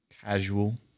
Casual